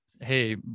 hey